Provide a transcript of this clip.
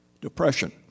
depression